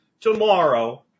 tomorrow